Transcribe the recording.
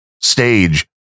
stage